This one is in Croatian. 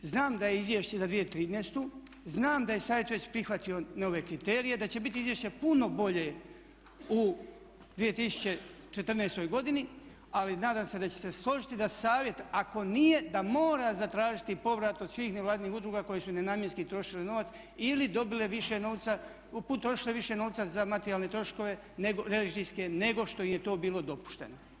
Znam da je izvješće za 2013., znam da je Savjet već prihvatio nove kriterije, da će izvješće bit puno bolje u 2014. godini, ali nadam se da ćete se složiti da Savjet ako nije da mora zatražiti povrat od svih nevladinih udruga koje su nenamjenski trošile novac ili dobile više novca, potrošile više novca za materijalne troškove, režijske nego što im je to bilo dopušteno.